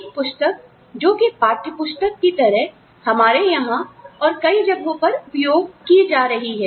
एक पुस्तक जो कि पाठ्यपुस्तक की तरह हमारे यहां और कई जगहों पर उपयोग की जा रहा है